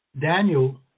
Daniel